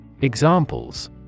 Examples